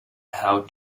how